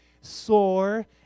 sore